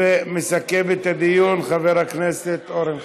ומסכם את הדיון חבר הכנסת אורן חזן.